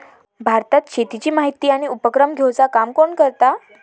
भारतात शेतीची माहिती आणि उपक्रम घेवचा काम कोण करता?